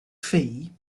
fee